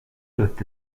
doivent